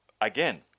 Again